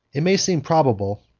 it may seem probable,